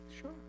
Sure